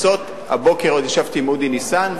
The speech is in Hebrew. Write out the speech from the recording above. הבוקר עוד ישבתי עם אודי ניסן,